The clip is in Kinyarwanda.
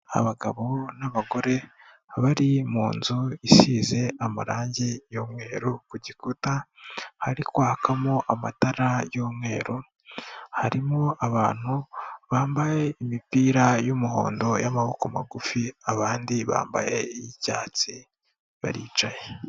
Abagabo n'abagore bari mu nzu isize amarangi y'umweru ku gikuta, hari kwakamo amatara y'umweru, harimo abantu bambaye imipira y'umuhondo y'amaboko magufi abandi bambaye iy'icyatsi baricaye.